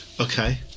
Okay